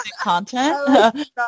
content